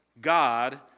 God